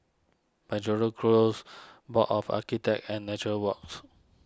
Penjuru Close Board of Architects and Nature Walks